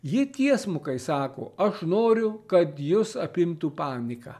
ji tiesmukai sako aš noriu kad jus apimtų panika